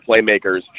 playmakers